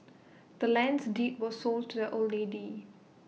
the land's deed was sold to the old lady